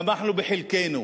שמחנו בחלקנו.